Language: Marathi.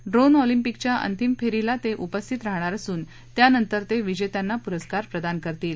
ड्रोन ऑलिम्पिकच्या अंतिम फेरीला ते उपस्थित राहणार असून त्यानंतर ते विजेत्यांना पुरस्कार प्रदान करतील